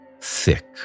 thick